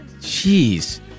Jeez